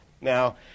Now